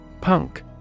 Punk